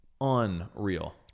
unreal